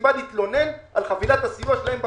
סיבה להתלונן על חבילת הסיוע שלהם בקורונה.